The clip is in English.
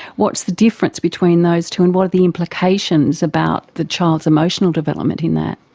what's the difference between those two and what are the implications about the child's emotional development in that?